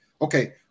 Okay